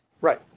Right